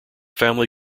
family